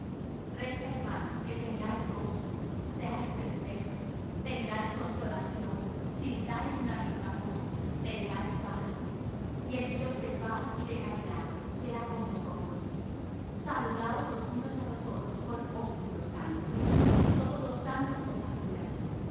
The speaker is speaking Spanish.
resta hermanos que tengáis gozo seáis perfectos tengáis consolación sintáis una misma cosa tengáis paz y el dios de paz y de caridad será con vosotros saludaos los unos á los otros con ósculo santo todos los santos os saludan